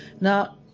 Now